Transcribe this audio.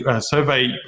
survey